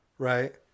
Right